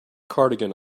cardigan